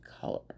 color